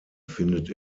findet